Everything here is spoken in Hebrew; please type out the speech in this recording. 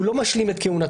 הוא לא משלים את כהונתו.